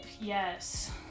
yes